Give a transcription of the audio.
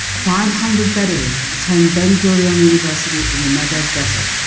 five hundred beduin attend ben gurion university in the negev desert.